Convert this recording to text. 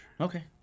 Okay